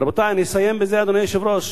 רבותי, אני אסיים בזה, אדוני היושב-ראש,